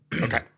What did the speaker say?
Okay